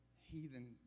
heathen